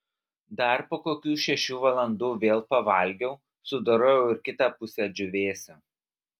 dar po kokių šešių valandų vėl pavalgiau sudorojau ir kitą pusę džiūvėsio